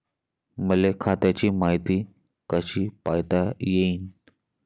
मले खात्याची मायती कशी पायता येईन?